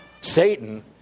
Satan